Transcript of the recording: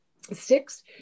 Six